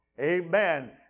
Amen